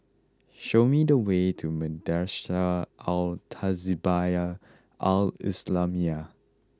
show me the way to Madrasah Al Tahzibiah Al Islamiah